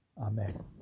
Amen